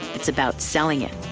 it's about selling it.